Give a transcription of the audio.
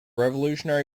revolutionary